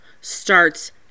starts